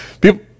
people